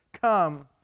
come